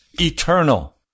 eternal